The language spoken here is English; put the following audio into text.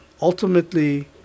ultimately